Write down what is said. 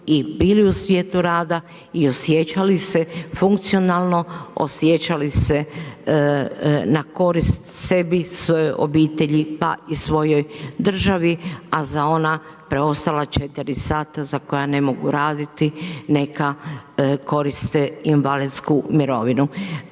i bili u svijetu rada i osjećali se funkcionalno, osjećali se na korist sebi, svojoj obitelji pa i svojoj državi, a za ona preostala 4 sata za koja ne mogu raditi neka koriste invalidsku mirovinu.